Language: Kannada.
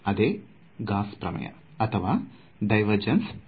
ಅದೇ ಗಾಸ್ ಪ್ರಮೇಯ ಅಥವಾ ಡಿವೆರ್ಜನ್ಸ್ ಪ್ರಮೇಯ